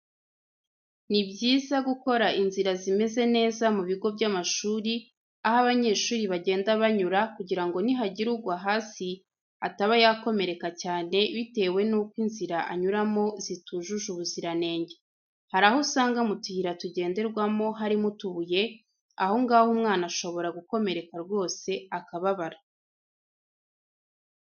Ni byiza gukora inzira zimeze neza mu bigo by'amashuri aho abanyeshuri bagenda banyura kugira ngo ni hagira ugwa hasi ataba yakomereka cyane bitewe n'uko inzira anyuramo zitujuje ubuziranenge. Hari aho usanga mu tuyira tugenderwamo harimo utubuye, aho ngaho umwana ashobora gukomereka rwose akababara.